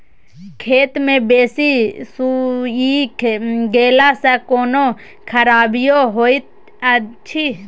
खेत मे बेसी सुइख गेला सॅ कोनो खराबीयो होयत अछि?